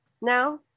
now